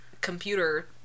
computer